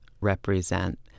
represent